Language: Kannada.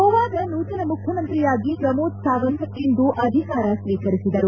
ಗೋವಾದ ನೂತನ ಮುಖ್ಯಮಂತ್ರಿಯಾಗಿ ಪ್ರಮೋದ್ ಸಾವಂತ್ ಇಂದು ಅಧಿಕಾರ ಸ್ವೀಕರಿಸಿದರು